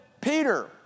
Peter